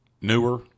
newer